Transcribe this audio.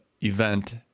event